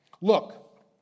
Look